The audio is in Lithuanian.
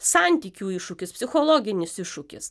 santykių iššūkis psichologinis iššūkis